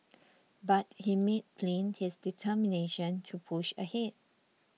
but he made plain his determination to push ahead